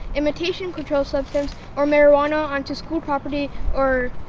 imitation controlled substance or marijuana onto school property or.